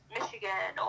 Michigan